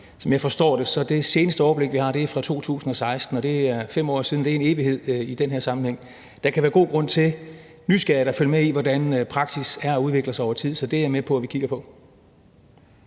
Som jeg forstår det, er det seneste overblik, vi har, fra 2016. Det er 5 år siden, og det er en evighed i den her sammenhæng. Der kan være god grund til nysgerrigt at følge med i, hvordan praksis er og udvikler sig over tid, så det er jeg med på at vi kigger på.